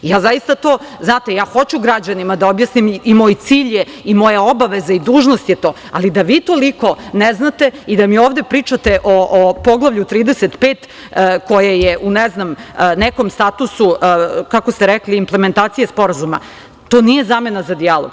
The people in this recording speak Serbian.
Ja hoću građanima da objasnim, i moj cilj je to, i moja obaveza i dužnost, ali da vi toliko ne znate i da mi ovde pričate o Poglavlju 35 koje je u nekom statusu, kako ste rekli, implementacije sporazuma, to nije zamena za dijalog.